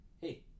hey